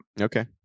Okay